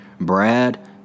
Brad